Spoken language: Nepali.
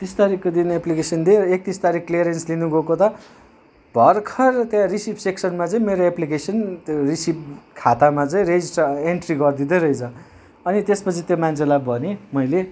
तिस ताकिकको दिन एप्लिकेसन दिएँ र एकतिस तारिक क्लियरेन्स लिनु गएको त भर्खर त्यहाँ रिसिभ सेक्सनमा चाहिँ मेरो एप्लिकेसन त्यो रिसिभ खातामा चाहिँ रेजिस्ट्रार एन्ट्री गरिदिँदै रहेछ अनि त्यसपछि त्यो मान्छेलाई भनेँ मैले